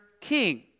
king